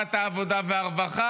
לוועדת העבודה והרווחה